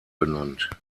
benannt